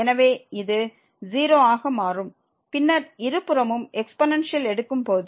எனவே இது 0 ஆக மாறும் பின்னர் இரு புறமும் எக்ஸ்பொனன்சியல் எடுக்கும் போது